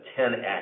10x